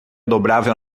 dobrável